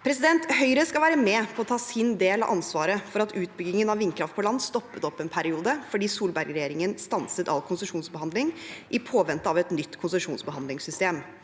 Høyre skal være med på å ta sin del av ansvaret for at utbyggingen av vindkraft på land stoppet opp en periode fordi Solberg-regjeringen stanset all konsesjonsbehandling i påvente av et nytt konsesjonsbehandlingssystem,